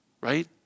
Right